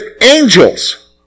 angels